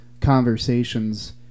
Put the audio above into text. conversations